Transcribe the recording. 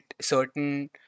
certain